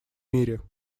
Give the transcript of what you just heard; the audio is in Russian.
мире